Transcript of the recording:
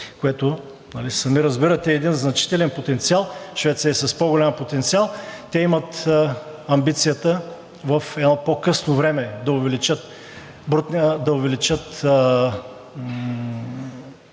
което, сами разбирате, е един значителен потенциал. Швеция е с по-голям потенциал. Те имат амбицията в едно по-късно време да увеличат процента до два,